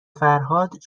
فرهاد